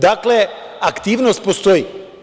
Dakle, aktivnost postoji.